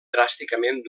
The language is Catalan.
dràsticament